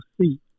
seat